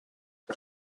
the